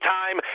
time